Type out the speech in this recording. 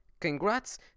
Congrats